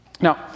Now